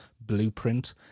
blueprint